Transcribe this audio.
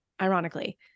ironically